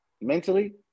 mentally